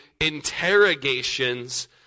interrogations